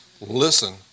listen